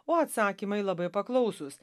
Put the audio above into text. o atsakymai labai paklausūs